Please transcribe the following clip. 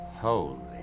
Holy